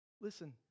Listen